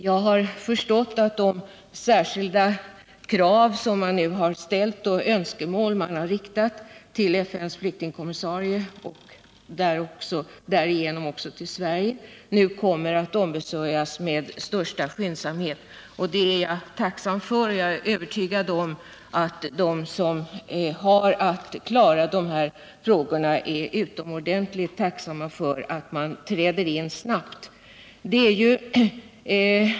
Jag ha förstått att de särskilda krav och önskemål som man riktat till FN:s flyktingkommissarie och därigenom även till Sverige nu kommer att behandlas med största skyndsamhet. Det är jag tacksam för. Jag är övertygad om att de som har att klara av de här frågorna är utomordentligt tacksamma för att man träder in snabbt.